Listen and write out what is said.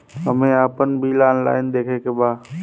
हमे आपन bill online देखे के बा?